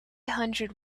hundred